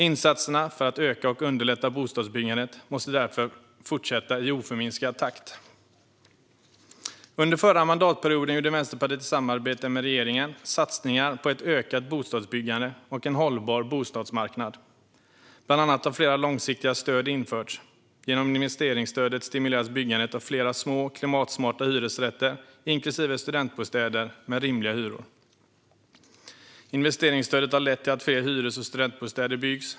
Insatserna för att öka och underlätta bostadsbyggandet måste därför fortsätta i oförminskad takt. Under förra mandatperioden gjorde Vänsterpartiet i samarbete med regeringen satsningar på ett ökat bostadsbyggande och en hållbar bostadsmarknad. Bland annat har flera långsiktiga stöd införts. Genom investeringsstödet stimuleras byggandet av fler små, klimatsmarta hyresrätter inklusive studentbostäder med rimliga hyror. Investeringsstödet har lett till att fler hyres och studentbostäder byggts.